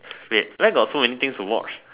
wait where got so many things to watch